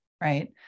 Right